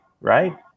right